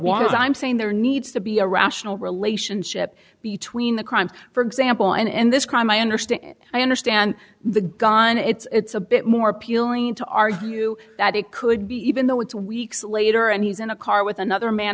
want i'm saying there needs to be a rational relationship between the crimes for example and this crime i understand and i understand the gun it's a bit more appealing to argue that it could be even though it's weeks later and he's in a car with another man